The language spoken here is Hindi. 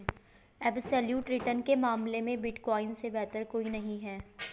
एब्सोल्यूट रिटर्न के मामले में बिटकॉइन से बेहतर कोई नहीं है